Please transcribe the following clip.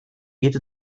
giet